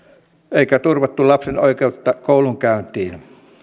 eikä turvattu lapsen oikeutta koulunkäyntiin